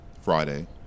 Friday